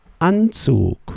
Anzug